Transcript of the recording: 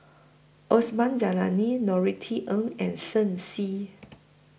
Osman Zailani Norothy Ng and Shen Xi